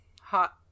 Hot